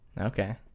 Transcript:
Okay